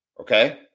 okay